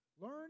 Learn